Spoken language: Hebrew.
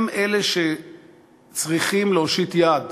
הם אלה שצריכים להושיט יד